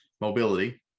mobility